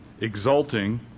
exulting